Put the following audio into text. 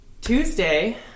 Tuesday